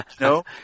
no